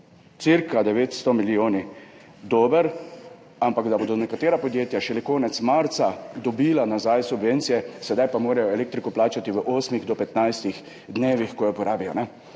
cirka 900 milijoni dober, ampak da bodo nekatera podjetja šele konec marca dobila nazaj subvencije, sedaj pa morajo elektriko plačati v osmih do petnajstih dneh, ko jo porabijo,